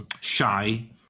shy